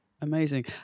amazing